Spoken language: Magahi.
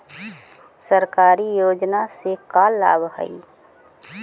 सरकारी योजना से का लाभ है?